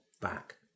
back